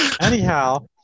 Anyhow